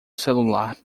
celular